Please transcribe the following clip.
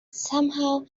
somehow